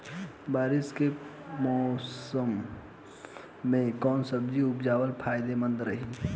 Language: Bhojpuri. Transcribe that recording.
बारिश के मौषम मे कौन सब्जी उपजावल फायदेमंद रही?